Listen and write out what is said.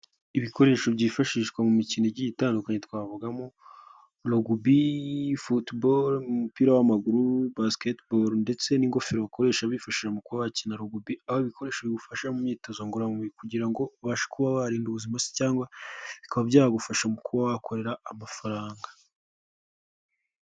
Ibikoresho byifashishwa mu mikino igiye itandukanye twavugamo Rugubi, Football mu mupira w'amaguru, Basketball ndetse n'ingofero bakoresha bifashisha mu kuba wakina Rugubi aho bikoresha bifasha mu myitozo ngorora mubiri kugira ngo ubashe kuba warinda ubuzima se cyangwa bikaba byagufasha mu kuba wakorera amafaranga.